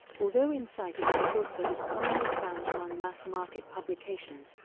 although insight isn't a book that is commonly found among mass market publications,